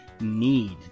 need